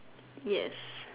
yes